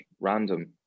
random